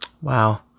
Wow